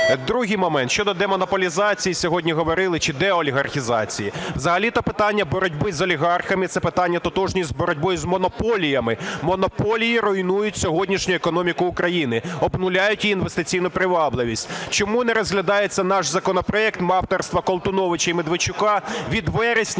Другий момент. Щодо демонополізації сьогодні говорили, чи деолігархізації. Взагалі-то питання боротьби з олігархами – це питання тотожні з боротьбою з монополіями. Монополії руйнують сьогоднішню економіку України, обнуляють її інвестиційну привабливість. Чому не розглядається наш законопроект авторства Колтуновича і Медведчука від вересня